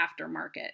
aftermarket